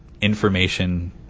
information